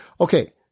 Okay